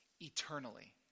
eternally